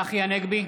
צחי הנגבי,